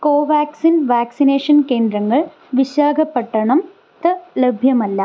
Covaxin vaccination കേന്ദ്രങ്ങൾ വിശാഖപട്ടണത്ത് ലഭ്യമല്ല